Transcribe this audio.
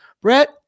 Brett